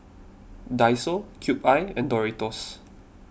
Daiso Cube I and Doritos